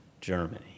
Germany